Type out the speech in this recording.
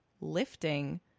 lifting